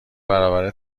برابر